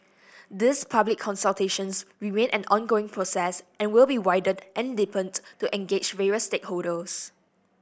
these public consultations remain an ongoing process and will be widened and deepened to engage various stakeholders